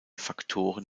faktoren